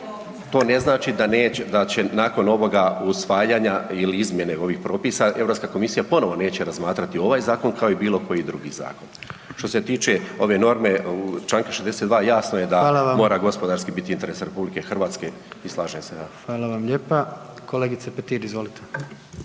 da neće, da će nakon ovoga usvajanja ili izmjene ovih propisa Europska komisija ponovo neće razmatrati ovaj zakon kao i bilo koji drugi zakon. Što se tiče ove norme Članka 62. jasno je da mora gospodarski biti interes …/Upadica: Hvala vam./… RH i slažem se. **Jandroković, Gordan (HDZ)** Hvala vam lijepa. Kolegice Petir, izvolite.